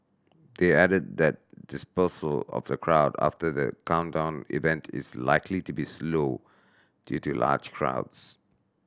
they added that dispersal of the crowd after the countdown event is likely to be slow due to large crowds